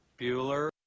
Bueller